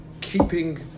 Keeping